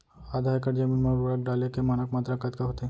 आधा एकड़ जमीन मा उर्वरक डाले के मानक मात्रा कतका होथे?